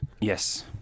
Yes